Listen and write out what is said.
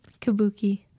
Kabuki